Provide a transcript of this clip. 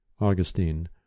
Augustine